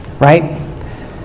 Right